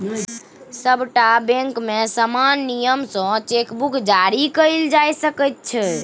सभटा बैंकमे समान नियम सँ चेक बुक जारी कएल जा सकैत छै